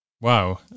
Wow